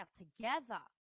together